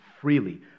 freely